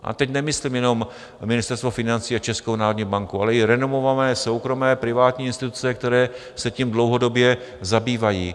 A teď nemyslím jenom Ministerstvo financí a Českou národní banku, ale i renomované soukromé privátní instituce, které se tím dlouhodobě zabývají.